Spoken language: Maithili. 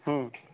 हूँ